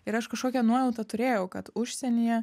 ir aš kažkokią nuojautą turėjau kad užsienyje